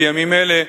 בימים אלה,